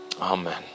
Amen